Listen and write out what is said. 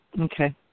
Okay